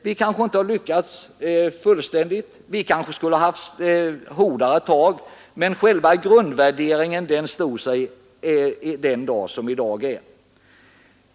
Vi kanske inte har lyckats fullständigt, vi skulle kanske haft hårdare tag, men själva grundvärderingen står sig den dag som i dag är.